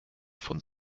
von